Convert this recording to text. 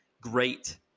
great